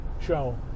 show